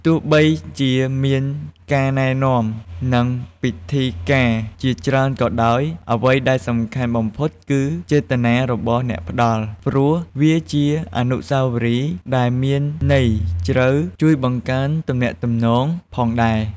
ទោះបីជាមានការណែនាំ និងពិធីការជាច្រើនក៏ដោយ អ្វីដែលសំខាន់បំផុតគឺ ចេតនារបស់អ្នកផ្តល់ ព្រោះវាជាអនុស្សាវរីយ៍ដែលមានន័យជ្រៅ ជួយបង្កើនទំនាក់ទំនងផងដែរ។